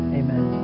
amen